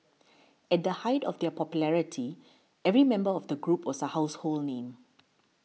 at the height of their popularity every member of the group was a household name